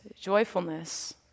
joyfulness